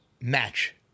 match